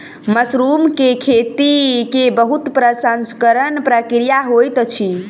mushroom के खेती के बहुत प्रसंस्करण प्रक्रिया होइत अछि